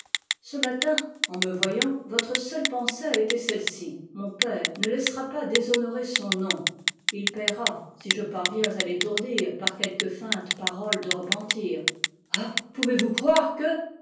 ce matin en me voyant votre seule pensée a été celle-ci mon père ne laissera pas déshonorer son nom il payera si je parviens à l'étourdir par quelques feintes paroles de repentir ah pouvez-vous croire que